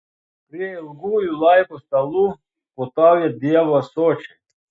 prie ilgųjų laiko stalų puotauja dievo ąsočiai